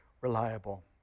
reliable